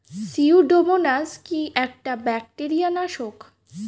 Pseudomonas কি একটা bacteria নাশক?